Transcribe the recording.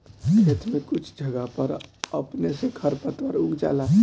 खेत में कुछ जगह पर अपने से खर पातवार उग जाला